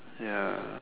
ya